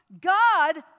God